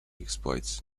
exploits